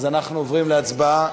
אז אנחנו עוברים להצבעה.